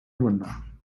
wunder